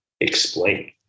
explain